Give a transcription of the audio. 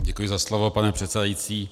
Děkuji za slovo, pane předsedající.